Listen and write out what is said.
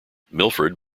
milford